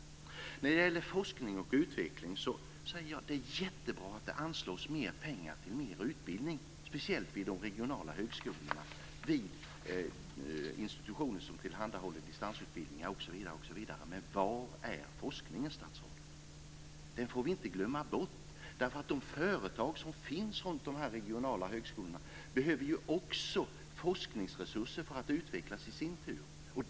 När det gäller forskning och utveckling säger jag att det är jättebra att det anslås mer pengar till mer utbildning, speciellt vid de regionala högskolorna, institutioner som tillhandahåller distansutbildningar, osv. Men var är forskningen, statsrådet? Den får vi inte glömma därför att de företag som finns runt de regionala högskolorna behöver också forskningsresurser för att utvecklas i sin tur.